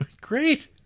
great